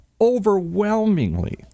overwhelmingly